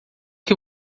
que